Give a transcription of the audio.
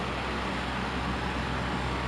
beef soup I didn't even want to eat it